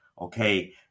okay